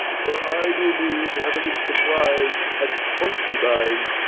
for i do mean to have a list of wives and concubines,